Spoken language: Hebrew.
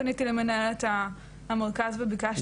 אני פניתי למנהלת המרכז וביקשתי שיתקנו את זה.